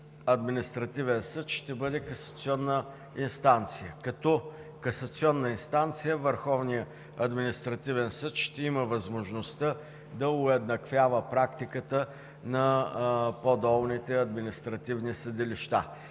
административен съд ще бъде касационна инстанция. Като касационна инстанция Върховният административен съд ще има възможността да уеднаквява практиката на по-долните административни съдилища.